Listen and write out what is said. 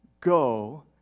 go